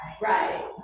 Right